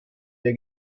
der